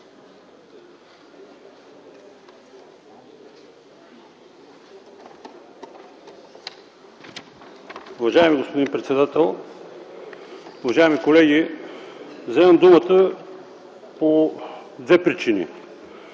Уважаеми господин председател, уважаеми колеги! Вземам думата по две причини.